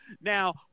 Now